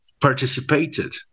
participated